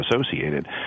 associated